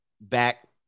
back